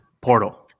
portal